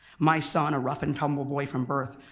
my son, a rough and tumble boy from birth,